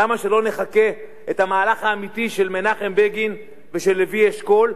למה שלא נחקה את המהלך האמיתי של מנחם בגין ושל לוי אשכול?